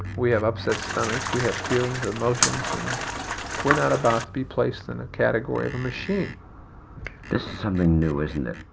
we have upset stomachs. we have feelings, emotions. and we're not about to be placed in a category of a machine this is something new, isn't it?